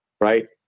right